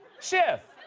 schiff,